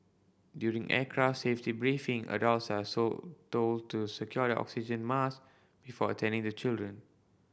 during aircraft safety briefing adults are sold told to secure their oxygen mask before attending to children